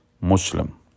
Muslim